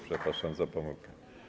Przepraszam za pomyłkę.